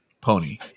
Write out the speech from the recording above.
pony